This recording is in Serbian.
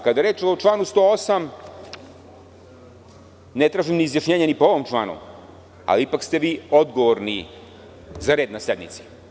Kada je reč o članu 108, ne tražim izjašnjenje ni po ovom članu, ali ipak ste vi odgovorni za red na sednici.